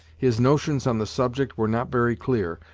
his notions on the subject were not very clear,